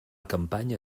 campanya